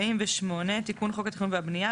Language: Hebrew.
תיקון חוק התכנון והבנייה48.